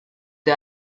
the